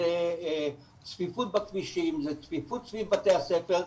זה צפיפות בכבישים זה צפיפות סביב בתי הספר,